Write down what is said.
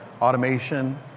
automation